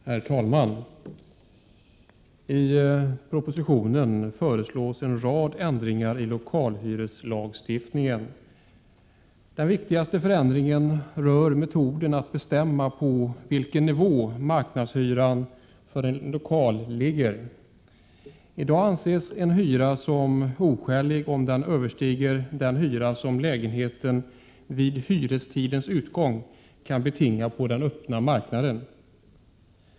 Herr talman! I propositionen föreslås en rad ändringar i lokalhyreslagstiftningen. Den viktigaste förändringen rör metoden att bestämma på vilken nivå marknadshyran för en lokal ligger. I dag anses en hyra som oskälig, om den överstiger den hyra som lägenheten vid hyrestidens utgång kan betinga på den öppna marknaden.